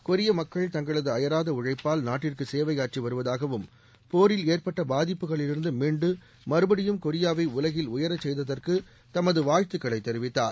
கொரிய மக்கள் தங்களது அயராத உழைப்பால் நாட்டிற்கு சேவையாற்றி வருவதாகவும் போரில் ஏற்பட்ட பாதிப்புகளில் இருந்து மீண்டு மறபடியும் கொரியாவை உலகில் உயரச் செய்ததற்கு தமது வாழ்த்துக்களை தெரிவித்தார்